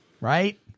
right